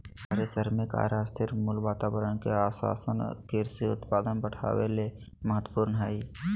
पारिश्रमिक आर स्थिर मूल्य वातावरण के आश्वाशन कृषि उत्पादन बढ़ावे ले महत्वपूर्ण हई